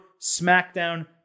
SmackDown